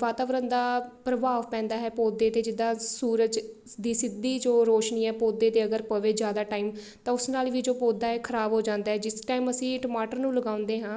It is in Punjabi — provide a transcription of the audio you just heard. ਵਾਤਾਵਰਨ ਦਾ ਪ੍ਰਭਾਵ ਪੈਂਦਾ ਹੈ ਪੌਦੇ 'ਤੇ ਜਿੱਦਾਂ ਸੂਰਜ ਦੀ ਸਿੱਧੀ ਜੋ ਰੋਸ਼ਨੀ ਹੈ ਪੌਦੇ 'ਤੇ ਅਗਰ ਪਵੇ ਜ਼ਿਆਦਾ ਟਾਈਮ ਤਾਂ ਉਸ ਨਾਲ ਵੀ ਜੋ ਪੌਦਾ ਹੈ ਖ਼ਰਾਬ ਹੋ ਜਾਂਦਾ ਹੈ ਜਿਸ ਟਾਈਮ ਅਸੀਂ ਟਮਾਟਰ ਨੂੰ ਲਗਾਉਂਦੇ ਹਾਂ